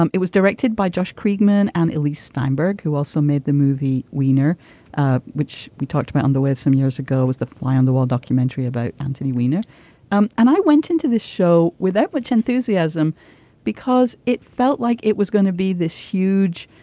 um it was directed by josh krugman and elise steinberg who also made the movie. wiener which we talked about on the web some years ago was the fly on the wall documentary about anthony wiener um and i went into this show without much enthusiasm because it felt like it was going to be this huge